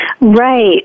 Right